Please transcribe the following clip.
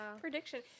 prediction